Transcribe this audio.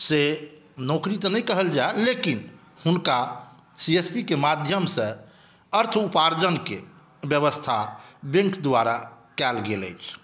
से नौकरी तऽ नहि कहल जाय लेकिन हुनका सी एस पीके माध्यमसॅं अर्थ उपार्जनके व्यवस्था बैंक द्वारा कयल गेल अछि